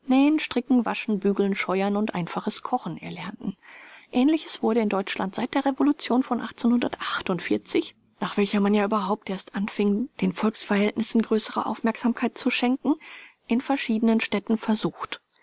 nähen stricken waschen bügeln scheuern und einfaches kochen erlernten aehnliches wurde in deutschland seit der revolution von nach welcher man ja überhaupt erst anfing den volksverhältnissen größere aufmerksamkeit zu schenken in verschiednen städten versucht